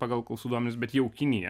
pagal klausų duomenis bet jau kinija